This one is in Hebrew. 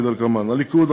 כדלקמן: הליכוד,